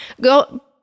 go